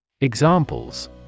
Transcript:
Examples